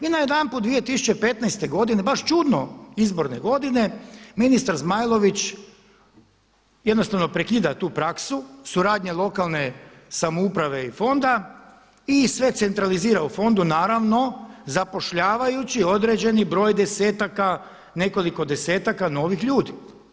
I najedanput 2015. godine baš čudno, izborne godine, ministar Zmajlović jednostavno prekida tu praksu, suradnju lokalne samouprave i fonda i sve centralizira u fondu, naravno zapošljavajući određeni broj desetaka, nekoliko desetaka novih ljudi.